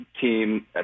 team